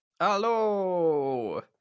hello